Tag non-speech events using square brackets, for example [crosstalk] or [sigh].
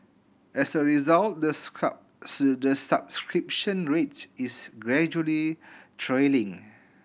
as a result the [unintelligible] subscription rate is gradually trailing